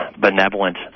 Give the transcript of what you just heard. benevolent